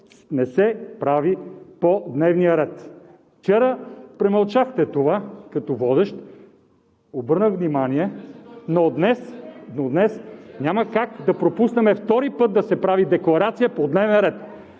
не се прави по дневния ред. Вчера премълчахте това като водещ, обърнах внимание, но днес няма как да допуснем втори път да се прави декларация по дневния ред.